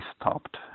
stopped